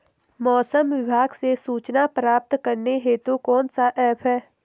मौसम विभाग से सूचना प्राप्त करने हेतु कौन सा ऐप है?